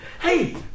hey